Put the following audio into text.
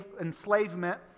enslavement